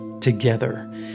together